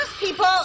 people